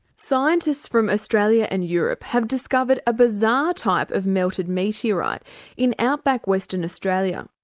scientists from australia and europe have discovered a bizarre type of melted meteorite in outback western australia.